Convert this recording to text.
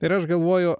ir aš galvoju